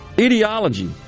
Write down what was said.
ideology